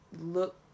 look